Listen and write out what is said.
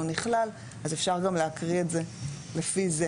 נכלל אז אפשר גם להקריא את זה לפי זה,